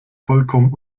vollkommen